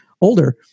older